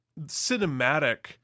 cinematic